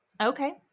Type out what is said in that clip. Okay